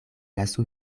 lasu